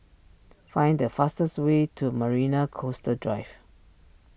find the fastest way to Marina Coastal Drive